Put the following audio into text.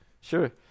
Sure